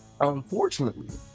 Unfortunately